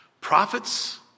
Prophets